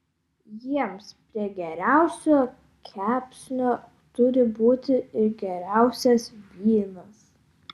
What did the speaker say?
jiems prie geriausio kepsnio turi būti ir geriausias vynas